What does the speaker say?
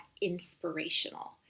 inspirational